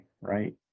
right